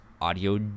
audio